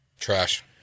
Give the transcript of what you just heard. Trash